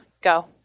Go